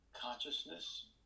consciousness